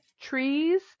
trees